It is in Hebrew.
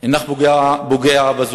אינך פוגע בזולת,